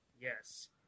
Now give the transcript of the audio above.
Yes